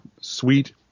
sweet